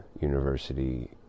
University